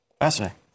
Fascinating